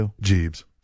Jeeves